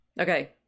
okay